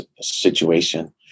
situation